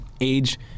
age